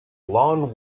lon